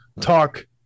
talk